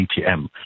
ATM